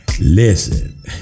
Listen